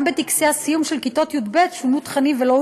גם בטקסי הסיום של כיתות י"ב שונו תכנים ולא